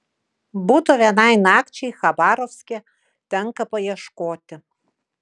buto vienai nakčiai chabarovske tenka paieškoti